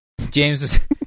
James